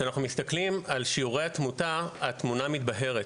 כשאנחנו מסתכלים על שיעורי התמותה, התמונה מתבהרת,